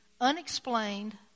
unexplained